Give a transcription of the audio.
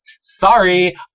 Sorry